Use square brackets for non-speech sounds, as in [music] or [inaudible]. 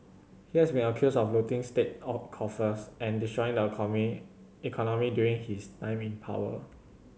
he has been accused of looting state out coffers and destroying the [unintelligible] economy during his time in power